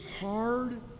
hard